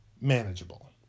manageable